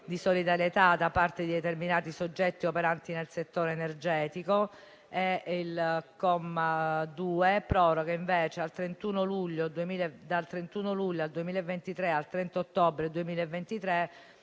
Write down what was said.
di solidarietà da parte di determinati soggetti operanti nel settore energetico. Il comma 2 proroga dal 31 luglio al 2023 al 30 ottobre 2023